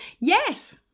yes